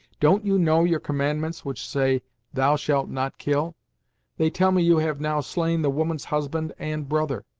don't you know your commandments, which say thou shalt not kill they tell me you have now slain the woman's husband and brother!